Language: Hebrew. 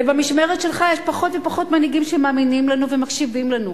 ובמשמרת שלך יש פחות ופחות מנהיגים שמאמינים בנו ומקשיבים לנו.